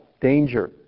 Danger